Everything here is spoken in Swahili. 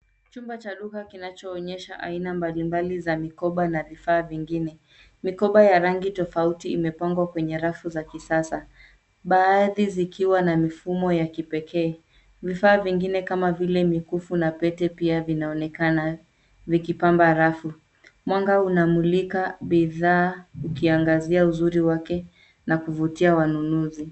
Chumba cha duka kinachoonyesha aina mbalimbali za mikoba na vifaa vingine. Mikoba ya rangi tofauti imepangwa kwenye rafu za kisasa, baadhi zikiwa na mifumo ya kipekee. Vifaa vingine kama vile mikufu na pete pia vinaonekana, vikipamba rafu. Mwanga unamulika bidhaa ukiangazia uzuri wake na kuvutia wanunuzi.